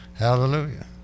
Hallelujah